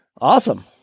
Awesome